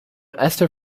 esther